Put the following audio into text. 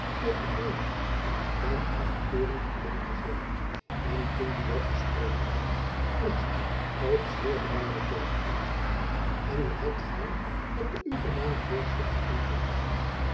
eer tevredenheid dan afkeuring te kennen te geven en toen buat gesproken had vroeg zy op zeer bedaarden toon en wat hebt gy op den u gedanen voorslag geantwoord